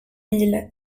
mille